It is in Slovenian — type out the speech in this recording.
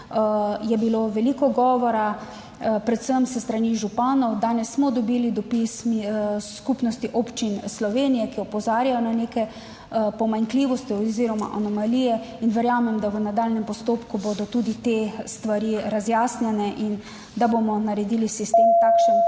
je bilo veliko govora, predvsem s strani županov, danes smo dobili dopis skupnosti občin Slovenije, ki opozarjajo na neke pomanjkljivosti oziroma anomalije in verjamem, da v nadaljnjem postopku bodo tudi te stvari razjasnjene in da bomo naredili sistem takšen